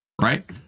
right